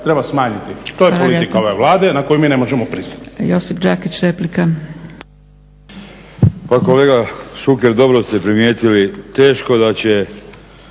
treba smanjiti. To je politika ove Vlade na koju mi ne možemo pristati.